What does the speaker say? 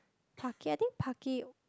parquet I think parquet